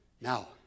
Now